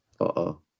Uh-oh